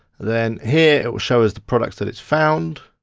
then here, it will show us the products that it's found.